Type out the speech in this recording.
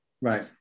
Right